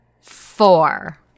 four